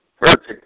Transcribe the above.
Perfect